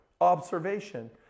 observation